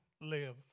live